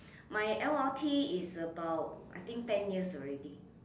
my l_r_t is about I think ten years already